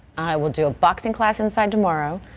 i will do boxing class inside tomorrow.